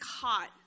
caught